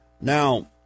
Now